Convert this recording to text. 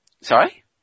Sorry